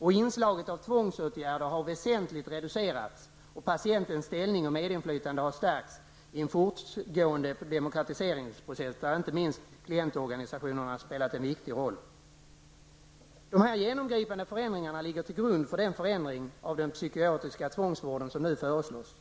Inslaget av tvångsåtgärder har väsentligt reducerats och patientens ställning och medinflytande har stärkts i en fortgående demokratiseringsprocess där inte minst klientorganisationerna spelat en viktig roll. Dessa genomgripande förändringar ligger till grund för den förändring av den psykiatriska tvångsvården som nu föreslås.